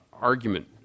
argument